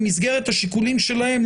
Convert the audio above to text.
במסגרת השיקולים שלהם,